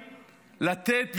לתת,